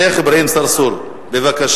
חבר הכנסת שיח' אברהים צרצור, בבקשה.